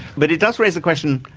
but it does raise the question,